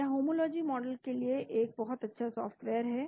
यह homology modelling के लिए एक बहुत अच्छा सॉफ्टवेयर है